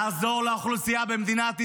לעזור לאוכלוסייה במדינת ישראל,